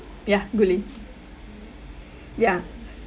yeah guli ya